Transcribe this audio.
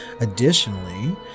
Additionally